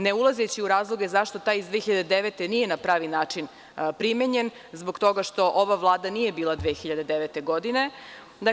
Ne ulazeći u razloge zašto taj iz 2009. godine nije na pravi način primenjen, zbog toga što ova Vlada nije bila 2009. godine.